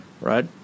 Right